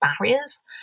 barriers